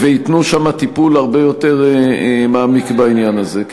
וייתנו שם טיפול הרבה יותר מעמיק בעניין הזה.